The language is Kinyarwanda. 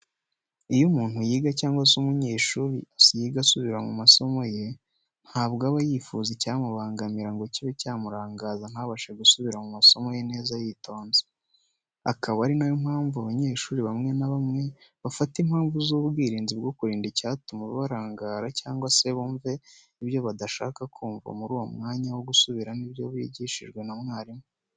Iyo umuntu yiga cyangwa se umunyeshuri yiga asubira mu masomo ye, ntabwo aba yifuza icyamubangamira ngo kibe cyamurangaza ntabashe gusubira mu masomo ye neza yitonze, akaba ari na yo mpamvu abanyeshuri bamwe na bamwe bafata impamvu z'ubwirinzi bwo kwirinda icyatuma barangara cyangwa se bumva ibyo badashaka kumva muri uwo mwanya wo gusubiramo ibyo bigishijwe na mwarimu.